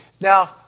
Now